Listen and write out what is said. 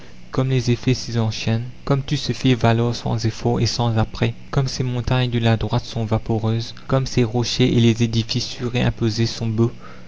comme les effets s'y enchaînent comme tout se fait valoir sans effort et sans apprêt comme ces montagnes de la droite sont vaporeuses comme ces rochers et les édifices surimposés sont beaux